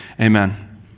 amen